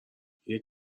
یکی